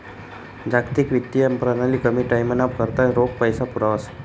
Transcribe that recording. जागतिक वित्तीय प्रणाली कमी टाईमना करता रोख पैसा पुरावस